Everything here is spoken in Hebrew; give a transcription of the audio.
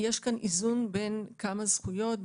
שיש כאן איזון בין כמה זכויות,